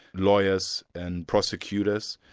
lawyers and prosecutors,